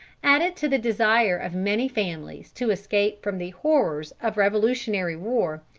added to the desire of many families to escape from the horrors of revolutionary war,